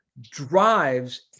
drives